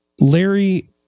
Larry